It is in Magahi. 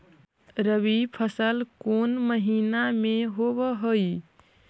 रबी फसल कोन महिना में होब हई?